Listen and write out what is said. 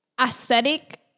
Aesthetic